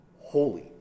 holy